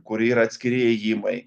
kur yra atskiri įėjimai